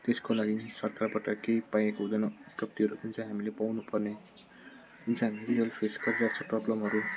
त्यसको लागि सरकारबाट केही पाएको हुँदैन जुन चाहिँ हामीले पाउनुपर्ने जुन चाहिँ हामीले रियल फेस गरिराको छ प्रबलमहरू